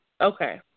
Okay